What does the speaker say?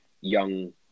young